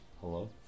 hello